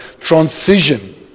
Transition